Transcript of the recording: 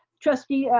trustee